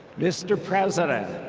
mr. president,